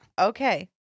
okay